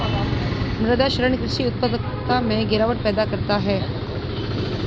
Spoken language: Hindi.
मृदा क्षरण कृषि उत्पादकता में गिरावट पैदा करता है